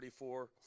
44